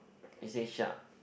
it say sharp